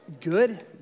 Good